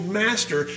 master